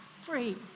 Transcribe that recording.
free